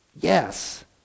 yes